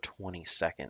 22nd